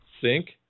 Sink